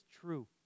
true